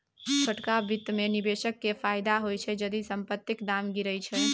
छोटका बित्त मे निबेशक केँ फायदा होइ छै जदि संपतिक दाम गिरय छै